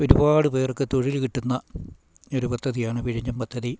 ഒരുപാട് പേർക്ക് തൊഴിൽ കിട്ടുന്ന ഒരു പദ്ധതിയാണ് വിഴിഞ്ഞം പദ്ധതി